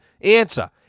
answer